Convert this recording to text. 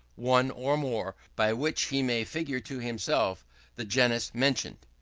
one or more, by which he may figure to himself the genus mentioned.